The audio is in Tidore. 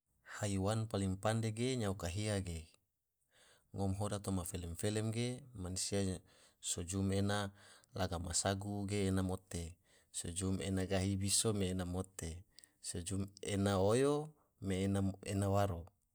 Haiwan paling pande ge nyao kahia ge, ngom hoda toma felem felem ge mansia sujum ena laga ma sagu ge ena mote sujum ena gahi biso me ena mote sujum ena oyo me ena waro.